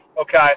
okay